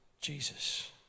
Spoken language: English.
Jesus